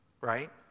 right